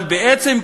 אבל בעצם,